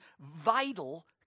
vital